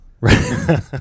Right